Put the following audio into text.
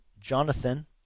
Jonathan